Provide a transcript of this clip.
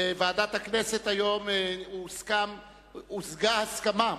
בוועדת הכנסת הושגה היום הסכמה,